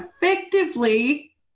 effectively